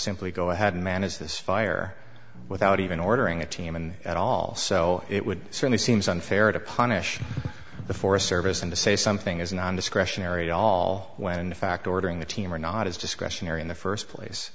simply go ahead and man is this fire without even ordering a team in at all so it would certainly seems unfair to punish the forest service and to say something is non discretionary all when in fact ordering the team or not is discretionary in the first place